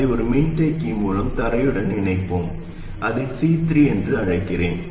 அதை ஒரு மின்தேக்கி மூலம் தரையுடன் இணைப்போம் அதை C3 என்று அழைக்கிறேன்